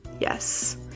Yes